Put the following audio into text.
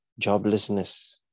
joblessness